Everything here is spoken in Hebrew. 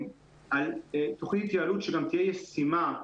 על תוכנית התייעלות שתהיה ישימה,